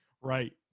Right